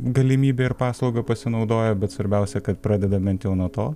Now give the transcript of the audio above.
galimybe ir paslauga pasinaudoja bet svarbiausia kad pradedame nuo to